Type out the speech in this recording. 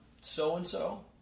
so-and-so